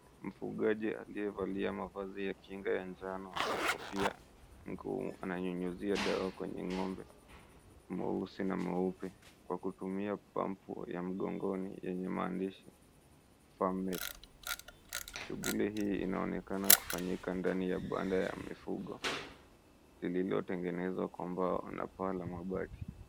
Mfugaji aliyevalia mavazi ya kinga ya njano na kofia mgongoni ananyunyizia dawa kwenye ng'ombe mweusi na mweupe kwa kutumia pampu ya mgongoni yenye maandishi farm mate. Shughuli hii inaonekana kufanyika ndani ya banda la mifugo lililotengenezwa kwa mbao na paa la mabati.